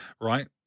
right